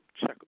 check